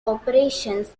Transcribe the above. operations